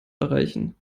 erreichen